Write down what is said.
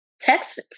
text